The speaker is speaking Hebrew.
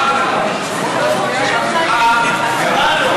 חבריי חברי הכנסת המתוקים והמתוקות מן הקואליציה ומן האופוזיציה,